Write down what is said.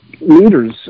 leaders